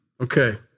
okay